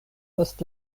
post